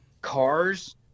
cars